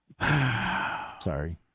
sorry